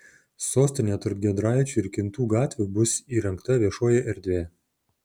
sostinėje tarp giedraičių ir kintų gatvių bus įrengta viešoji erdvė